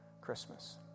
Christmas